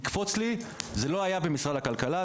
זה יקפוץ לי - וזה לא היה במשרד הכלכלה,